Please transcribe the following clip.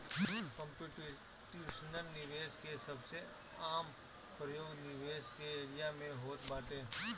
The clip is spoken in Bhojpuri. कम्प्यूटेशनल निवेश के सबसे आम प्रयोग निवेश के एरिया में होत बाटे